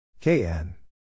KN